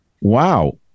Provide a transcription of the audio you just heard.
Wow